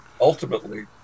Ultimately